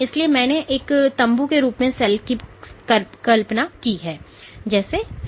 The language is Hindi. इसलिए मैं एक तम्बू के रूप में सेल की कल्पना करना चाहूंगा